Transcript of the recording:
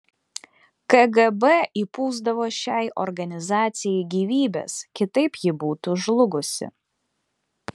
kgb įpūsdavo šiai organizacijai gyvybės kitaip ji būtų žlugusi